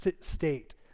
state